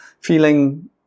feeling